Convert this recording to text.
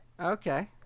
okay